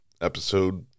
episode